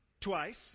twice